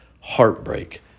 heartbreak